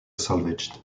salvaged